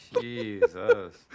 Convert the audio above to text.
Jesus